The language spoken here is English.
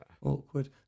Awkward